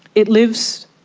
it lives,